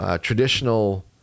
traditional